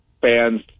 fans